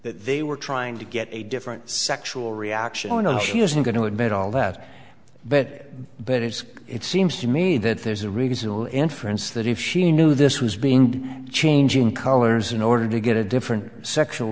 they were trying to get a different sexual reaction oh no she isn't going to admit all that but but it is it seems to me that there's a reasonable inference that if she knew this was being changing colors in order to get a different sexual